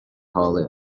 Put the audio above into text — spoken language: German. harley